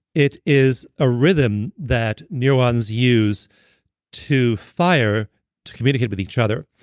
it is a rhythm that neurons use to fire to communicate with each other.